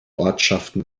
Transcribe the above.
ortschaften